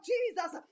Jesus